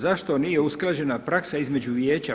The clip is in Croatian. Zašto nije usklađena praksa između Vijeća?